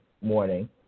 morning